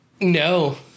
No